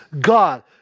God